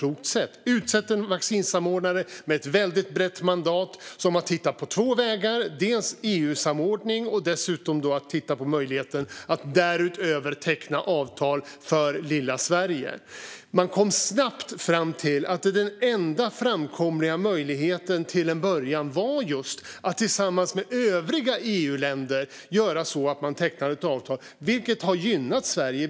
Man har utsett en vaccinsamordnare med ett väldigt brett mandat att titta på två vägar, nämligen EU-samordning och dessutom möjligheten att därutöver teckna avtal för lilla Sverige. Man kom snabbt fram till att den enda framkomliga möjligheten till en början var just att tillsammans med övriga EU-länder teckna avtal. Det har gynnat Sverige.